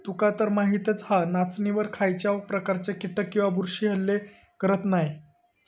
तुकातर माहीतच हा, नाचणीवर खायच्याव प्रकारचे कीटक किंवा बुरशी हल्लो करत नाय